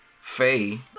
Faye